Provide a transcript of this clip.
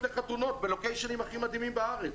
לחתונות בלוקיישנים הכי מדהימים בארץ,